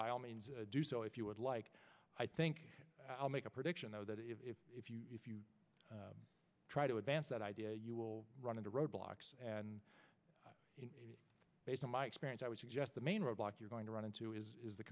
by all means do so if you would like i think i'll make a prediction though that if you if you try to advance that idea you will run into roadblocks and based on my experience i would suggest the main roadblock you're going to run into is